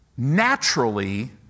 Naturally